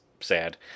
sad